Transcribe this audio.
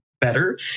Better